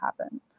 happen